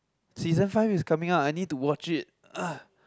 season five is coming out I need to watch it ugh